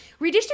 Redistricting